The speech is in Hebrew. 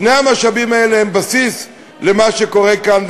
שני המשאבים האלה הם בסיס למה שקורה כאן,